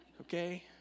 okay